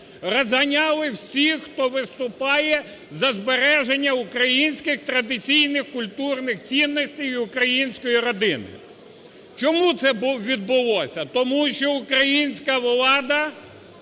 Розганяли всіх, хто виступає за збереження українських традиційних культурних цінностей і української родини. Чому це відбулося? Тому що українська влада